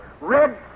red